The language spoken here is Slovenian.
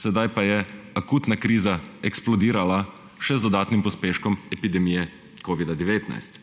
sedaj pa je akutna kriza eksplodirala še z dodatnim pospeškom epidemije covida-19.